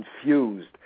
confused